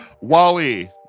Wally